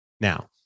Now